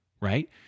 right